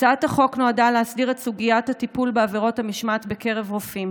הצעת החוק נועדה להסדיר את סוגיית הטיפול בעבירות המשמעת בקרב רופאים